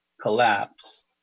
collapse